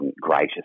gracious